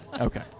Okay